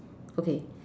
okay